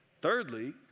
Thirdly